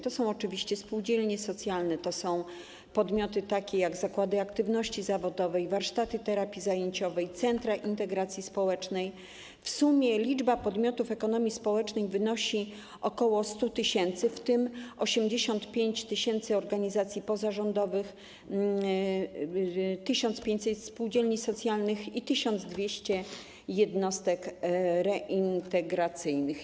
To są oczywiście spółdzielnie socjalne, to są podmioty takie jak zakłady aktywności zawodowej, warsztaty terapii zajęciowej, centra integracji społecznej - w sumie liczba podmiotów ekonomii społecznej wynosi ok. 100 tys., w tym 85 tys. organizacji pozarządowych, 1500 spółdzielni socjalnych i 1200 jednostek reintegracyjnych.